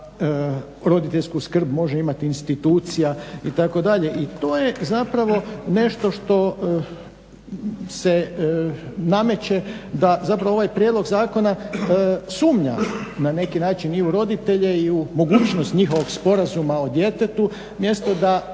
da roditeljsku skrb može imati institucija itd. I to je zapravo nešto što se nameće da zapravo ovaj prijedlog zakona sumnja na neki način i u roditelje i u mogućnost njihovog sporazuma o djetetu umjesto da